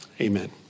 Amen